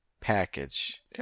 package